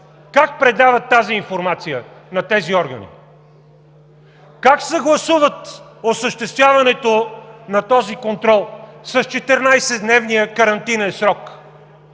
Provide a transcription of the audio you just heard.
Как предават тази информация на тези органи? Как съгласуват осъществяването на този контрол с 14-дневния карантинен срок?